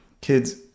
kids